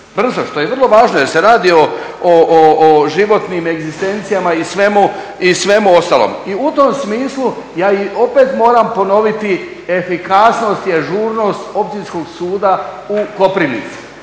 što je vrlo važno jer se radi o životnim egzistencijama i svemu ostalom. U tom smislu ja moram opet ponoviti efikasnost i ažurnost Općinskog suda u Koprivnici